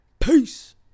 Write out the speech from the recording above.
Peace